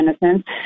innocence